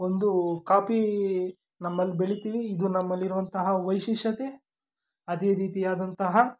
ಒಂದು ಕಾಪಿ ನಮ್ಮಲ್ಲಿ ಬೆಳೀತೀವಿ ಇದು ನಮ್ಮಲ್ಲಿರುವಂತಹ ವೈಶಿಷ್ಟ್ಯತೆ ಅದೇ ರೀತಿಯಾದಂತಹ